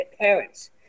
parents